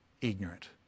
ignorant